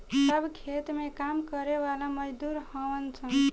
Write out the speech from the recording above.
सब खेत में काम करे वाला मजदूर हउवन सन